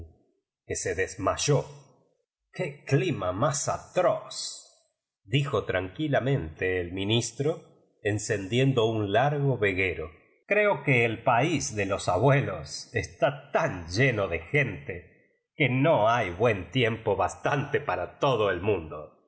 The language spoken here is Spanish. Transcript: que se desmayó qué clima mas atroz dijo tranquila mente el ministro encendiendo un largo ve guero creo que el país de los abuelos está tan lleno de gente que no hay buen tiempo bastante para todo el mundo